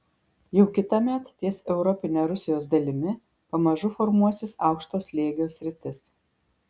jau kitąmet ties europine rusijos dalimi pamažu formuosis aukšto slėgio sritis